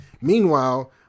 Meanwhile